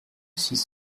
six